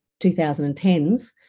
2010s